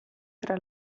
tra